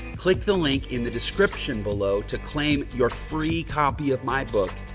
click the link in the description below to claim your free copy of my book,